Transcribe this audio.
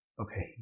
Okay